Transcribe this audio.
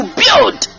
build